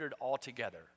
altogether